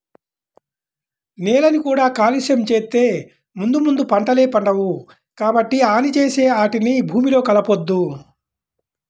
నేలని కూడా కాలుష్యం చేత్తే ముందు ముందు పంటలే పండవు, కాబట్టి హాని చేసే ఆటిని భూమిలో కలపొద్దు